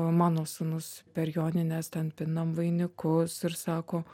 mano sūnus per jonines ten pinam vainikus ir sako